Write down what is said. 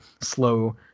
slow